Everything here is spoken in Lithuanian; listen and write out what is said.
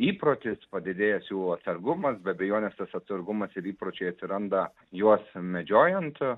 įprotis padidėjęs jų atsargumas be abejonės tas atsargumas ir įpročiai atsiranda juos medžiojant